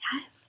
Yes